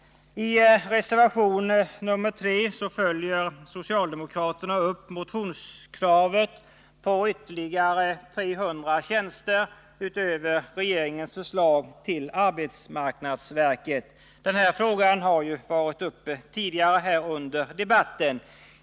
I reservation 3 följer socialdemokraterna upp motionskravet på ytterligare 300 tjänster, utöver regeringens förslag, till arbetsmarknadsverket. Denna fråga har varit uppe tidigare under den här debatten.